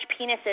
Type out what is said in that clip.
penises